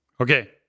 Okay